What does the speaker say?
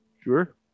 Sure